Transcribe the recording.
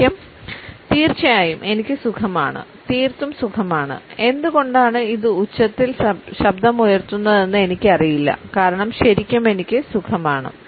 ശരിക്കും തീർച്ചയായും എനിക്ക് സുഖമാണ് തീർത്തും സുഖമാണ് എന്തുകൊണ്ടാണ് ഇത് ഉച്ചത്തിൽ ശബ്ദമുയർത്തുന്നതെന്ന് എനിക്കറിയില്ല കാരണം ശരിക്കും എനിക്ക് സുഖമാണ്